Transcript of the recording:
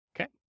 okay